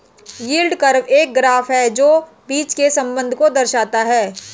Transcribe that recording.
yield curve एक graph है जो बीच के संबंध को दर्शाता है